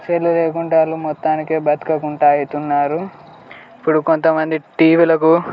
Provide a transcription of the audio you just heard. cell లేకుంటే వాళ్ళు మొత్తానికి బతకకుండా అవుతున్నారు ఇప్పుడు కొంతమంది టీవీలకు